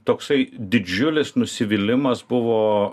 toksai didžiulis nusivylimas buvo